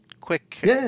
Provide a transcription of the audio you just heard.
quick